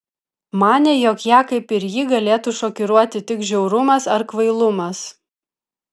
manė jog ją kaip ir jį galėtų šokiruoti tik žiaurumas ar kvailumas